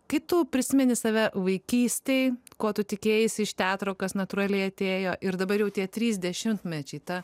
kai tu prisimeni save vaikystėj ko tu tikėjaisi iš teatro kas natūraliai atėjo ir dabar jau tie trys dešimtmečiai ta